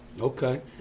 Okay